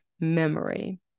memory